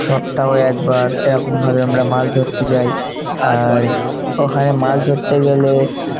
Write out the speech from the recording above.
সপ্তাহ একবার এরকমভাবে আমরা মাছ ধরতে চাই আর ওখানে মাছ ধরতে গেলে